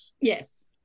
Yes